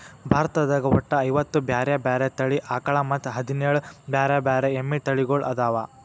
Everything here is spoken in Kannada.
ಭಾರತದಾಗ ಒಟ್ಟ ಐವತ್ತ ಬ್ಯಾರೆ ಬ್ಯಾರೆ ತಳಿ ಆಕಳ ಮತ್ತ್ ಹದಿನೇಳ್ ಬ್ಯಾರೆ ಬ್ಯಾರೆ ಎಮ್ಮಿ ತಳಿಗೊಳ್ಅದಾವ